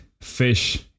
fish